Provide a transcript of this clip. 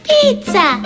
Pizza